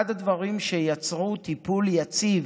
אחד הדברים שיצרו טיפול יציב,